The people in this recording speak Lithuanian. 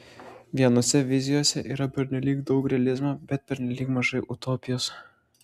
vienose vizijose yra pernelyg daug realizmo bet pernelyg mažai utopijos